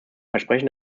versprechen